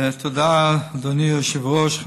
תודה, אדוני היושב-ראש.